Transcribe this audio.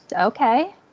okay